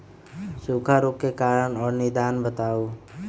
सूखा रोग के कारण और निदान बताऊ?